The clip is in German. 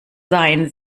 seien